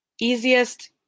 Easiest